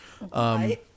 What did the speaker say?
Right